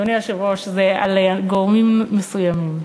אדוני היושב-ראש, זה על גורמים מסוימים.